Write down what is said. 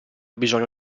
bisogno